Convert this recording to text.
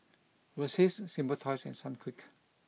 Versace Simply Toys and Sunquick